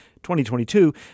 2022